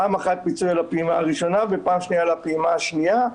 פעם אחת פיצוי על הפעימה הראשונה ופעם שנייה על הפעימה השנייה,